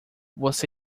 você